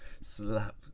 Slap